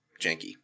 janky